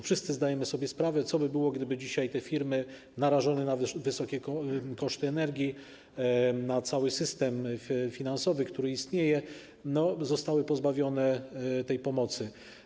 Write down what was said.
Wszyscy zdajemy sobie sprawę, co by było, gdyby dzisiaj te firmy narażone na wysokie koszty energii, na cały system finansowy, który istnieje, zostały pozbawione tej pomocy.